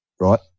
right